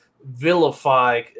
vilify